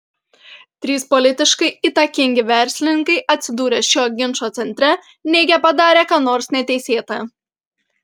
trys politiškai įtakingi verslininkai atsidūrę šio ginčo centre neigia padarę ką nors neteisėta